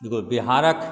देखू बिहारके